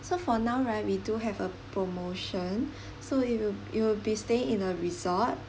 so for now right we do have a promotion so it'll you'll be staying in a resort